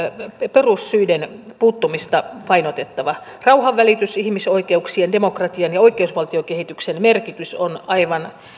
perussyihin puuttumista painotettava rauhanvälityksen ihmisoikeuksien demokratian ja oikeusval tiokehityksen merkitys on aivan